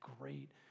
great